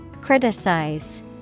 Criticize